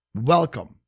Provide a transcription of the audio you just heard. welcome